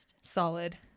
Solid